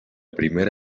primera